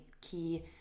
key